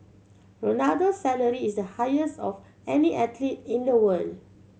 Ronaldo's salary is the highest of any athlete in the world